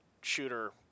shooter